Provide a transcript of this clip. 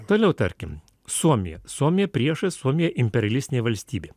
toliau tarkim suomija suomija priešas suomija imperialistinė valstybė